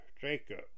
Jacob